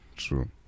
true